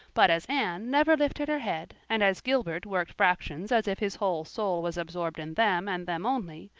but as anne never lifted her head and as gilbert worked fractions as if his whole soul was absorbed in them and them only,